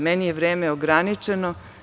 Meni je vreme ograničeno.